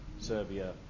Serbia